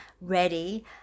ready